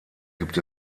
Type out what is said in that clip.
gibt